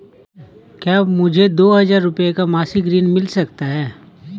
क्या मुझे दो हजार रूपए का मासिक ऋण मिल सकता है?